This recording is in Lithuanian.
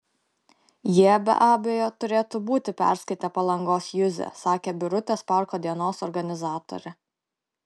jie be abejo turėtų būti perskaitę palangos juzę sakė birutės parko dienos organizatorė